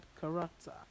character